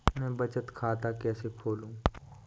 मैं बचत खाता कैसे खोलूँ?